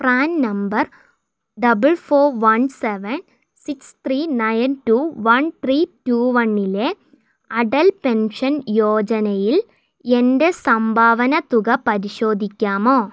PRAN number double four one seven six three nine two one three two വണ്ണിലെ Atal pension യോജനയിൽ എൻ്റെ സംഭാവന തുക പരിശോധിക്കാമോ